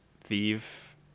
thief